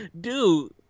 Dude